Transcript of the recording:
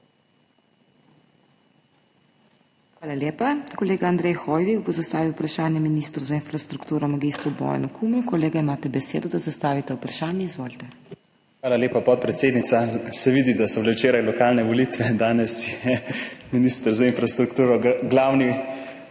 Hvala lepa. Kolega Andrej Hoivik bo zastavil vprašanje ministru za infrastrukturo mag. Bojanu Kumru. Kolega, imate besedo, da zastavite vprašanje. Izvolite. **ANDREJ HOIVIK (PS SDS):** Hvala lepa, podpredsednica. Vidi se, da so bile včeraj lokalne volitve, danes je minister za infrastrukturo glavni